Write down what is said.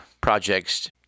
projects